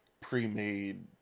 pre-made